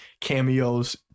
cameos